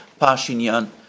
Pashinyan